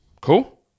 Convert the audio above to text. Cool